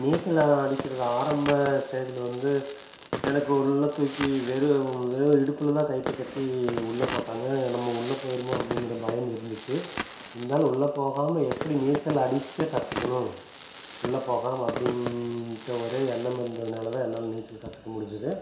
நீச்சல் அடிக்கிறது ஆரம்ப ஸ்டேஜில் வந்து எனக்கு உள்ள தூக்கி வெறும் வெறும் இடுப்பில் தான் கயிற்ற கட்டி உள்ள போட்டாங்கள் நம்ம உள்ள போயிடுமோ அப்படிங்கிற பயம் இருந்துச்சு இருந்தாலும் உள்ளே போகாமல் எப்படி நீச்சல் அடிக்க கற்றுக்கணும் உள்ளே போகாமல் அப்படின்ட்ட ஒரே எண்ணம் இருந்ததனால தான் என்னால் நீச்சல் கற்றுக்க முடிஞ்சது